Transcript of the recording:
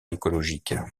écologique